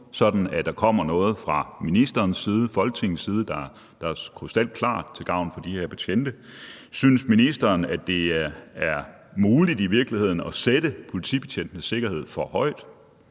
sådan at der kommer noget fra ministerens side, fra Folketinget side, der er krystalklart, og som er til gavn for de her betjente? Synes ministeren, at det i virkeligheden er muligt at sætte politibetjentenes sikkerhed for højt?